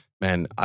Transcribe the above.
man